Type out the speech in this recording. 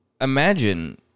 imagine